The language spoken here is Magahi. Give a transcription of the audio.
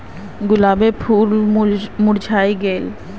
गुलाबेर फूल मुर्झाए गेल